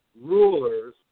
Rulers